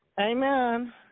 Amen